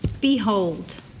Behold